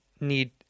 need